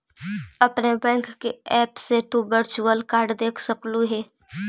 अपने बैंक के ऐप से तु वर्चुअल कार्ड देख सकलू हे